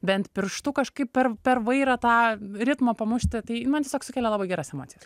bent pirštu kažkaip per per vairą tą ritmą pamušti tai man tiesiog sukelia labai geras emocijas